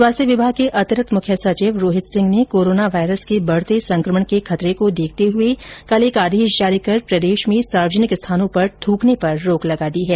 स्वास्थ्य विभाग के अतिरिक्त मुख्य सचिव रोहित सिंह ने कोरोना वायरस के बढ़ते संक्रमण के खतरे को देखते हुए कल एक आदेश जारी कर प्रदेश में सार्वजनिक स्थानों पर थूकने पर रोक लगा दी है